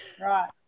right